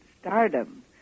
stardom